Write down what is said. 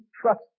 trust